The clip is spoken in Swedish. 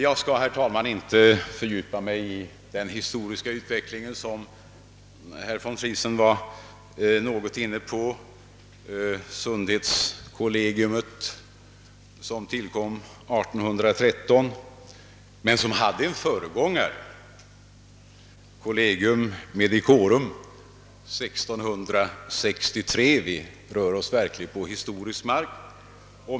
Jag skall inte fördjupa mig i den tidi gare utvecklingen; herr von Friesen berörde Sundhetscollegium som tillkom 1813 men som hade en föregångare, nämligen collegium medicorum, som inrättades 1663 — vi rör oss verkligen på historisk mark.